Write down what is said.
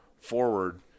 forward